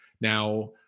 Now